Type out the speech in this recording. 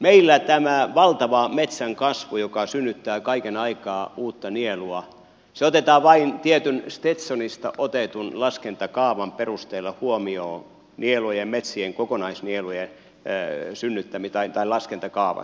meillä tämä valtava metsän kasvu joka synnyttää kaiken aikaa uutta nielua otetaan vain tietyn stetsonista otetun laskentakaavan perusteella huomioon metsien kokonaisnielujen laskentakaavassa